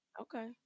Okay